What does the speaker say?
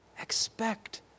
expect